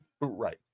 right